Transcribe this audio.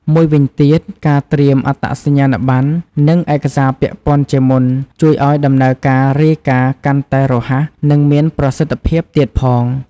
មួយវិញទៀត ការត្រៀមអត្តសញ្ញាណប័ណ្ណ និងឯកសារពាក់ព័ន្ធជាមុន ជួយឲ្យដំណើរការរាយការណ៍កាន់តែរហ័ស និងមានប្រសិទ្ធភាពទៀតផង។